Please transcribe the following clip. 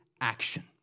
action